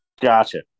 Gotcha